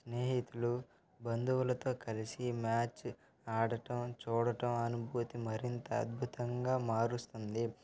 స్నేహితులు బంధువులతో కలిసి మ్యాచ్ ఆడటం చూడటం అనుభూతి మరింత అద్భుతంగా మారుస్తుంది